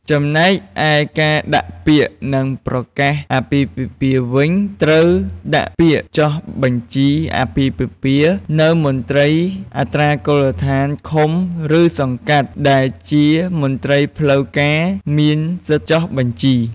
ចំំណែកឯការដាក់ពាក្យ និងប្រកាសអាពាហ៍ពិពាហ៍វិញត្រូវដាក់ពាក្យចុះបញ្ជីអាពាហ៍ពិពាហ៍នៅមន្ទីរអត្រានុកូលដ្ឋានឃុំ ឬសង្កាត់ ដែលជាមន្ត្រីផ្លូវ ការមានសិទ្ធិចុះបញ្ជី។